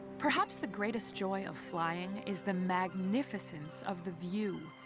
perhaps the greatest joy of flying is the magnificence of the view.